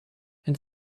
and